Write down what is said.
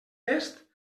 test